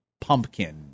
Pumpkin